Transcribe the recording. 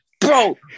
bro